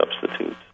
substitutes